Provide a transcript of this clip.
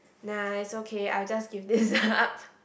nice okay I'll just give this up